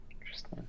interesting